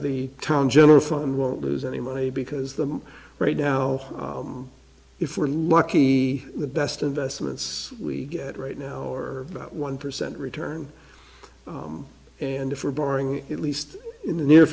the town general fund won't lose any money because the right now if we're lucky the best investments we get right now are about one percent return and if we're borrowing at least in the near